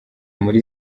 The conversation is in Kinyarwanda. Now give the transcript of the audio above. muri